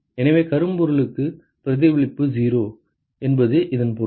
எனவே கரும்பொருளுக்கு பிரதிபலிப்பு 0 என்பது இதன் பொருள்